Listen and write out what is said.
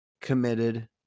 committed